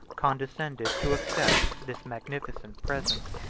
condescended to accept this magnificent present.